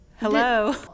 hello